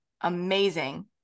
amazing